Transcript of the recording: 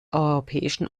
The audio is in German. europäischen